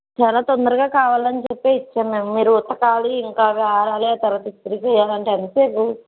చాలా తొందరగా కావాలని చెప్పే ఇచ్చాము మేము మీరు ఉతకాలి ఇంకా అవి ఆరాలి ఆ తరువాత ఇస్త్రీ చెయ్యాలంటే ఎంత సేపు